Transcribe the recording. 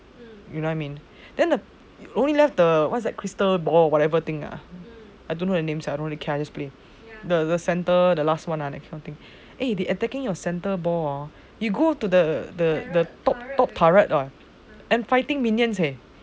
you know what I mean then the only left the what's crystal ball whatever thing ah I don't know the names I don't really care I just play the centre the last one that kind of thing eh they attacking your centre ball ah you go to the the the turret the top turret not and fighting minions eh